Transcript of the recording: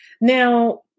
now